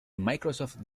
microsoft